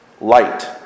light